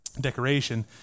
decoration